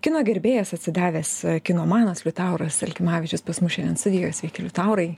kino gerbėjas atsidavęs kinomanas liutauras elkimavičius pas mus šiandien studijoj sveiki litaurai